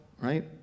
right